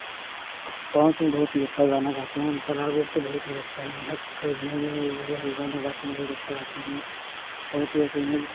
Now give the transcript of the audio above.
पवन सिंह बहुत ही अच्छा गाना गाते हैं उनका राग उग तो बहुत ही अच्छा है नेहा कक्कड़ भी है वह गाना गाते हैं बहुत अच्छा गाती हैं बहुत ही ऐसे हैं